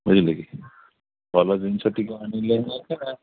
ବୁଝିଲେ କିି ଭଲ ଜିନିଷ ଟିକେ ଆଣିଲେ ହୁଅନ୍ତା